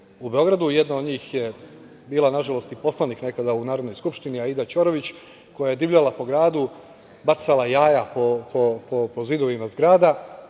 u Beogradu, jedna od njih je bila nažalost i poslanik u Narodnoj skupštini, Aida Ćorović, koja je divljala po gradu, bacala jaja po zidovima zgrada.